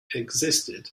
existed